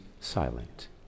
silent